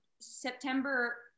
September